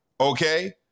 okay